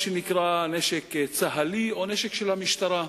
מה שנקרא נשק צה"לי או נשק של המשטרה.